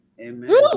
Amen